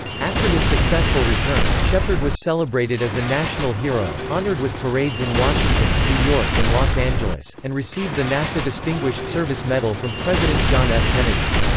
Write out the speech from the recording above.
after his successful return, shepard was celebrated as a national hero, honored with parades in washington, new york and los angeles, and received the nasa distinguished service medal from president john f. kennedy.